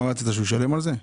מה רצית, שהוא ישלם עבור זה?